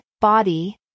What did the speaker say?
body